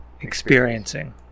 experiencing